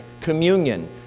communion